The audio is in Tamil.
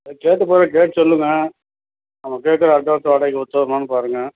கேட்டு பாருங்கள் கேட்டு சொல்லுங்கள் நம்ம கேட்கற அட்வான்ஸ் வாடகைக்கு ஒற்று வருமான்னு பாருங்கள்